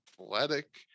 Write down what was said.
athletic